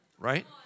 Right